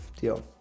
deal